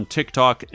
TikTok